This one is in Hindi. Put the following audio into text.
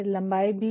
फिर लम्बाई भी